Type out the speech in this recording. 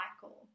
cycle